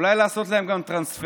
ואולי לעשות להם גם טרנספר.